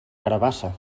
carabassa